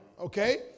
Okay